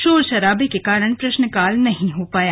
शोर शराबे कारण प्रश्नकाल नहीं हो पाया